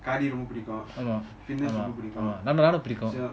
ஆமா ஆமா ஆமா நானும் பிடிக்கும்:ama ama ama naanum pidikum